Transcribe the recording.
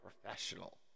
professional